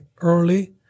early